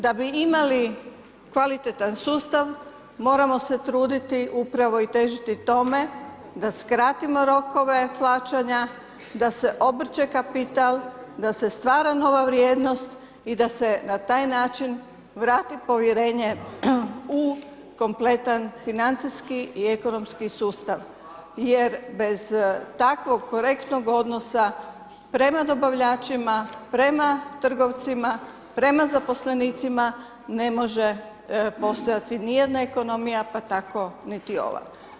Da bi imali kvalitetan sustav, moramo se truditi upravo i težiti tome da skratimo rokove plaćanja, da se obrće kapital, da se stvara nova vrijednost i da se na taj način vrati povjerenje u kompletan financijski i ekonomski sustav jer bez takvog korektnog odnosa prema dobavljačima, prema trgovcima, prema zaposlenicima ne može postojati ni jedna ekonomija pa tako niti ova.